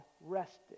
rested